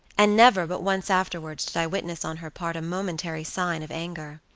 and never but once afterwards did i witness on her part a momentary sign of anger.